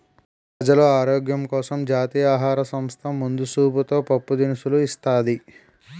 ప్రజలు ఆరోగ్యం కోసం జాతీయ ఆహార సంస్థ ముందు సూపుతో పప్పు దినుసులు ఇస్తాది